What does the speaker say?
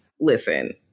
Listen